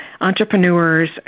entrepreneurs